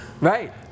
Right